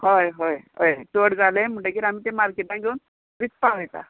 हय हय हय चड जालें म्हणटगीर आमी तें मार्केटाक घेवन विकपाक वयता